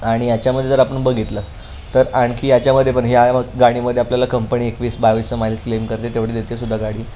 आणि याच्यामध्ये जर आपण बघितलं तर आणखी याच्यामध्ये पण ह्या गाडीमध्ये आपल्याला कंपणी एकवीस बावीसचं माईल क्लेम करते तेवढी देते सुद्धा गाडी